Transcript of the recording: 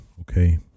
okay